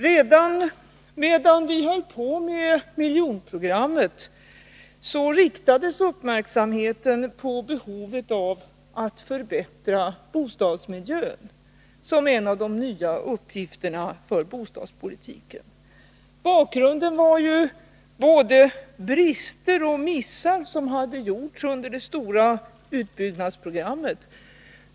Redan medan vi höll på med miljonprogrammet riktades uppmärksamheten på behovet av att förbättra bostadsmiljön. Att göra det skulle vara en av de nya uppgifterna för bostadspolitiken. Bakgrunden var både brister och missar som hade gjorts under det stora utbyggnadsprogrammet.